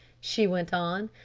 she went on.